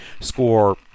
score